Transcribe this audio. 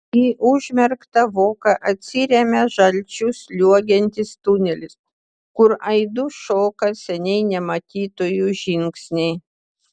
į užmerktą voką atsiremia žalčiu sliuogiantis tunelis kur aidu šoka seniai nematytųjų žingsniai